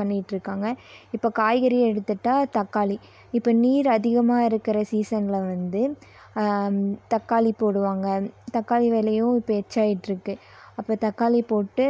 பண்ணிகிட்ருக்காங்க இப்போ காய்கறி எடுத்துகிட்டா தக்காளி இப்போ நீர் அதிகமாக இருக்கிற சீசனில் வந்து தக்காளி போடுவாங்க தக்காளி விலையும் இப்போ ரிச்சாகிட்ருக்கு அப்றம் தக்காளி போட்டு